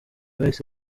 bahise